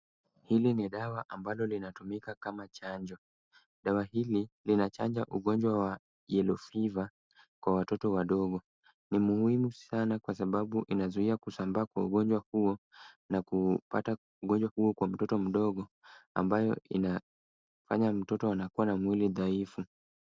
Hili ni dawa ambalo linatumika kama chanjo. Dawa hili linachanja ugonjwa wa yellow fever kwa watoto wadogo. Ni muhimu sana kwa sababu inazuia kusambaa kwa ugonjwa huo na kupata ugonjwa huo kwa mtoto mdogo ambayo inafanya mtoto anakuwa na mwili dhaifu.